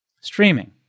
Streaming